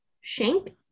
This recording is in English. shank